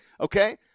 Okay